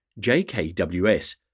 JKWS